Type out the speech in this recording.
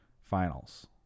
finals